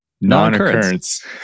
non-occurrence